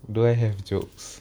do I have jokes